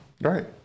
Right